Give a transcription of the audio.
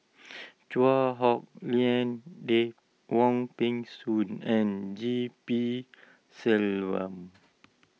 Chua Hak Lien Dave Wong Peng Soon and G P Selvam